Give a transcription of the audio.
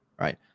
Right